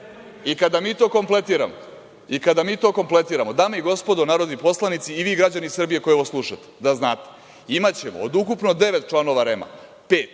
čuda. Kada mi to kompletiramo, dame i gospodo narodni poslanici i vi građani Srbije koji ovo slušate, da znate, imaćemo od ukupno devet članova REM-a pet